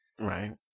Right